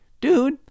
dude